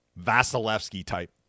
Vasilevsky-type